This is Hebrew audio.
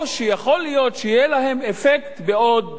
או שיכול להיות שיהיה להן אפקט בעוד